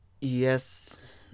Yes